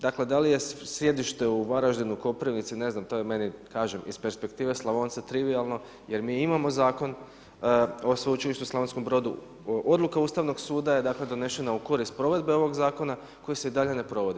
Dakle da li je sjedište u Varaždinu, Koprivnici, ne znam, to je meni, kažem iz perspektive Slavonca trivijalno jer mi imamo zakon o Sveučilištu u Slavonskom Brodu, odluka Ustavnog suda je donešena u korist provedbe ovog zakona koji se dalje ne provodi.